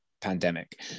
pandemic